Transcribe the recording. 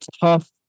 tough